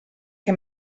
che